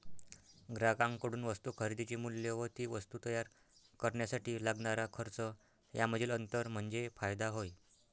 ग्राहकांकडून वस्तू खरेदीचे मूल्य व ती वस्तू तयार करण्यासाठी लागणारा खर्च यामधील अंतर म्हणजे फायदा होय